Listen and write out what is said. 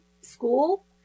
school